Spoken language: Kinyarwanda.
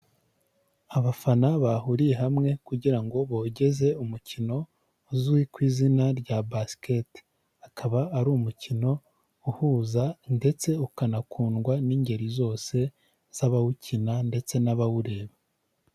Abafana bahuriye hamwe kugira ngo bogeze umukino uzwi ku izina rya Basket; akaba ari umukino uhuza ndetse ukanakundwa n'ingeri zose z'abawukina ndetse n'abawureba.